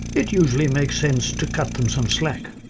it usually makes sense to cut them some slack.